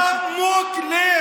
אתה לא בן אדם.